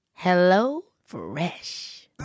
HelloFresh